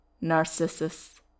Narcissus